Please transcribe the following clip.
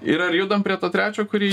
ir ar judam prie to trečio kurį